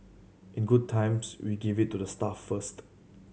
in good times we give it to the staff first